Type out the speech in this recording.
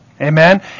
Amen